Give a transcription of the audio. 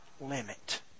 limit